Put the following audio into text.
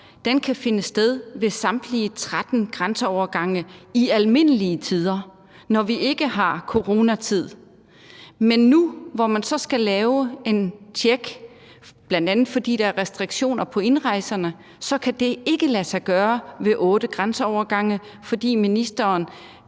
kan finde sted ved samtlige 13 overgange i almindelige tider, altså når vi ikke har coronatid, men nu, hvor man så skal lave et tjek, bl.a. fordi der er restriktioner på indrejsende, så kan det ikke lade sig gøre ved otte grænseovergange, fordi ministeren